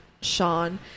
Sean